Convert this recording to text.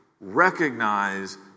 recognize